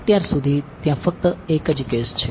અત્યાર સુધી ત્યાં ફક્ત એક જ કેસ છે